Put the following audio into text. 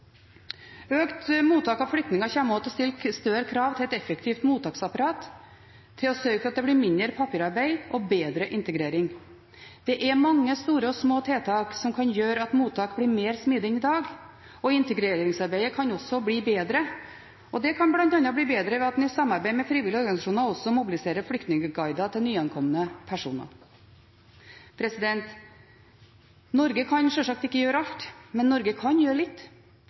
effektivt mottaksapparat, til å sørge for at det blir mindre papirarbeid og til bedre integrering. Det er mange store og små tiltak som kan gjøre at mottak blir mer smidig enn i dag, og integreringsarbeidet kan også bli bedre. Det kan bl.a. bli bedre ved at en i samarbeid med frivillige organisasjoner også mobiliserer flyktningguider til nyankomne personer. Norge kan sjølsagt ikke gjøre alt, men Norge kan gjøre litt.